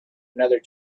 another